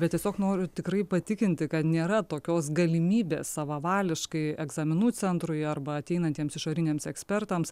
bet tiesiog noriu tikrai patikinti kad nėra tokios galimybės savavališkai egzaminų centrui arba ateinantiems išoriniams ekspertams